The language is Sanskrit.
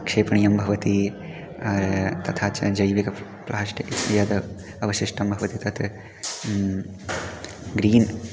क्षेपणीयं भवति तथा च जैविक प्लास्टिक् यद् अवशिष्टं भवति तत् ग्रीन्